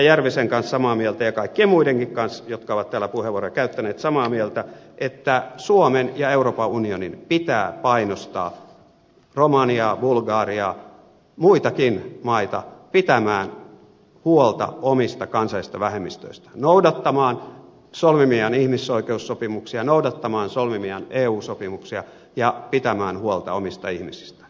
järvisen kanssa samaa mieltä ja kaikkien muidenkin kanssa jotka ovat täällä puheenvuoroja käyttäneet että suomen ja euroopan unionin pitää painostaa romaniaa bulgariaa muitakin maita pitämään huolta omista kansallisista vähemmistöistään noudattamaan solmimiaan ihmisoikeussopimuksia noudattamaan solmimiaan eu sopimuksia ja pitämään huolta omista ihmisistään